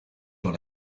dans